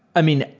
i mean,